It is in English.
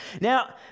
Now